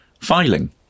filing